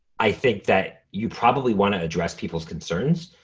i think that you probably wanna address people's concerns,